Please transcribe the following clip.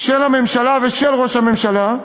של הממשלה ושל ראש הממשלה,